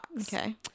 Okay